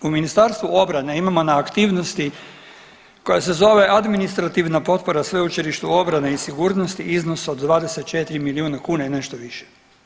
U Ministarstvu obrane imamo na aktivnosti koja se zove Administrativna potpora Sveučilištu obrane i sigurnosti iznos od 24 milijuna kuna i nešto više.